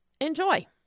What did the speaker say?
Enjoy